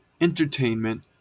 entertainment